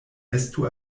estu